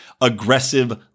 aggressive